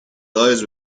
eyes